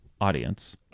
audience